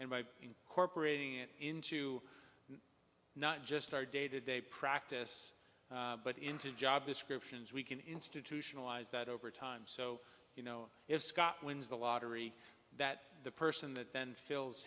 and by incorporating it into not just our day to day practice but into job descriptions we can institutionalize that over time so you know if scott wins the lottery that the person that then fills